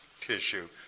tissue